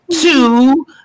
two